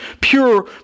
Pure